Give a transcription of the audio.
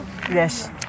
Yes